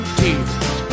tears